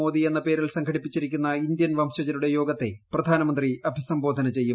മോദി എന്ന പേരിൽ സംഘടിപ്പിച്ചിരിക്കുന്ന ഇന്ത്യൻ വംശജരുടെ യോഗത്തെ പ്രധാനമന്ത്രി അഭിസംബോധന ചെയ്യും